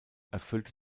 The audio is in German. erfüllte